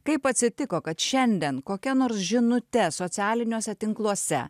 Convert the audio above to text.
kaip atsitiko kad šiandien kokia nors žinute socialiniuose tinkluose